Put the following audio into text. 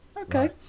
Okay